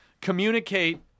communicate